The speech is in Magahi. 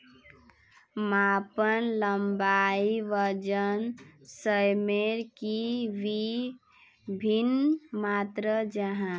मापन लंबाई वजन सयमेर की वि भिन्न मात्र जाहा?